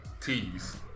tease